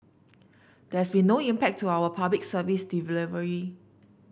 there has been no impact to our Public Service delivery